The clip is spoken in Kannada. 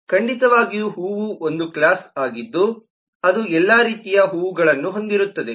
ಖಂಡಿತವಾಗಿಯೂ ಹೂವು ಒಂದು ಕ್ಲಾಸ್ ಆಗಿದ್ದು ಅದು ಎಲ್ಲಾ ರೀತಿಯ ಹೂವುಗಳನ್ನು ಹೊಂದಿರುತ್ತದೆ